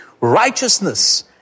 Righteousness